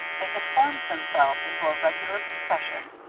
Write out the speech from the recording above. they had formed themselves into a regular procession.